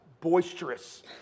boisterous